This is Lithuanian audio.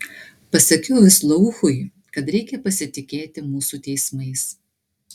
pasakiau vislouchui kad reikia pasitikėti mūsų teismais